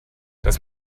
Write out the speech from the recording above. das